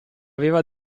aveva